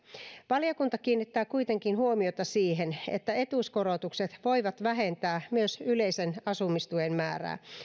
valiokunta kiinnittää kuitenkin huomiota siihen että etuuskorotukset voivat vähentää myös yleisen asumistuen määrää